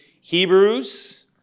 Hebrews